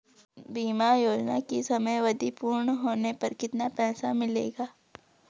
बीमा योजना की समयावधि पूर्ण होने पर कितना पैसा मिलेगा?